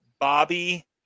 Bobby